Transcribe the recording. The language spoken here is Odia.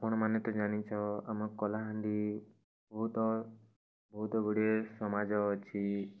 ଆପଣମାନେ ତ ଜାଣିଛ ଆମ କଲାହାଣ୍ଡି ବହୁତ ବହୁତଗୁଡ଼ିଏ ସମାଜ ଅଛି